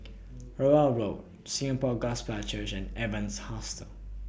Rowell Road Singapore Gospel Church and Evans Hostel